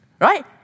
Right